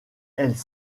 elles